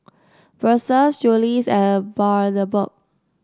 Versace Julie's and Bundaberg